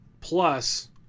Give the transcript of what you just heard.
plus